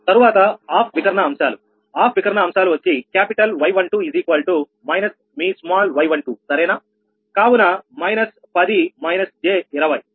తరువాత ఆఫ్ వికర్ణ అంశాలు ఆఫ్ వికర్ణ అంశాలు వచ్చి క్యాపిటల్ Y12 మైనస్ మీ స్మాల్ 𝑦12 సరేనా కావున −10 −j 20